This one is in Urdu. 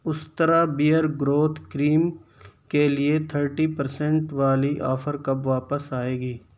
استرا بیئر گروتھ کریم کے لیے تھرٹی پر سنٹ والی آفر کب واپس آئے گی